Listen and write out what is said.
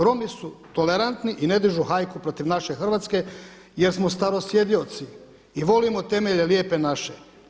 Romi su tolerantni i ne dižu hajku protiv naše Hrvatske, jer smo starosjedioci i volimo temelje Lijepe naše.